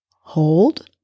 hold